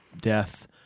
death